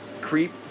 Creep